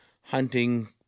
hunting